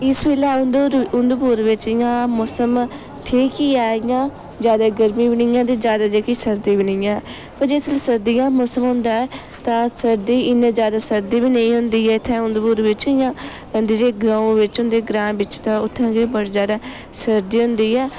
इस बेल्लै उद्धर उधमपुर बिच्च इयां मौसम ठीक ही ऐ इयां ज्यादा गर्मी बी नेईं ऐ ते ज्यादा जेह्की सर्दी बी नेईं ऐ पर जिस बेल्लै सर्दियांं मौसम होंदा ऐ तां सर्दी इन्नी ज्यादा सर्दी बी नेईं होंदी ऐ इत्थैं उधमपुर बिच्च इयां जे ग्रांऽ बिच्च होंदी ग्रांऽ बिच्च ते उत्थै गै बड़ी ज्यादा सर्दी होंदी ऐ